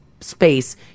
space